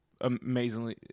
amazingly